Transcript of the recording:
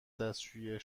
دستشویی